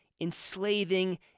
enslaving